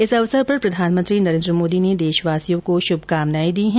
इस अवसर पर प्रधानमंत्री नरेन्द्र मोदी ने देशवासियों को श्रभकामनाए दी हैं